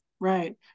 Right